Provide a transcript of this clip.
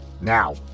Now